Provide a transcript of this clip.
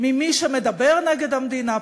ממי שמדבר נגד המדינה,